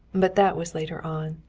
but that was later on.